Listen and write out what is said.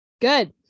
good